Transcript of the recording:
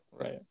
right